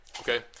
Okay